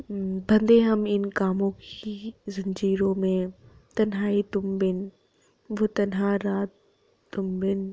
बंधे हम इन कामें की जंजीरों में तन्हाई तुम बिन ओह् तन्हा रात तुम बिन